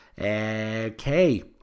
Okay